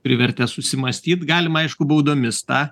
privertė susimąstyt galima aišku baudomis tą